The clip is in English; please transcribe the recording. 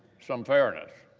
some fairness.